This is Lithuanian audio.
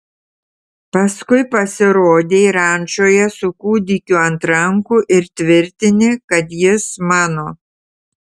paskui pasirodei rančoje su kūdikiu ant rankų ir tvirtini kad jis mano